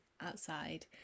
outside